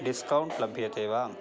discount लभ्यते वा